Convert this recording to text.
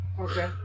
Okay